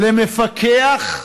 למפקח?